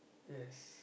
yes